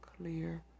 clear